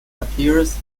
appears